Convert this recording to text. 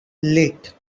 lit